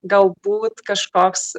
galbūt kažkoks